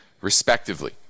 respectively